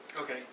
Okay